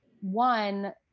one